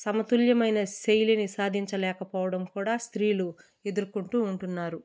సమతుల్యమైన శైలిని సాధించలేకపోవడం కూడా స్త్రీలు ఎదుర్కొంటూ ఉంటున్నారు